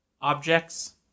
objects